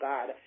God